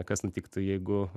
kas nutiktų jeigu